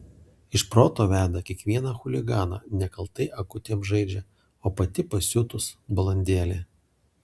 iš proto veda kiekvieną chuliganą nekaltai akutėm žaidžia o pati pasiutus balandėlė